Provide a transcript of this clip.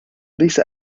lisa